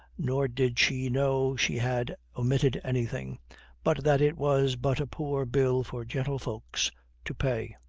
nor did she know she had omitted anything but that it was but a poor bill for gentle-folks to pay.